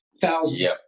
thousands